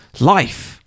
life